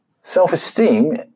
Self-esteem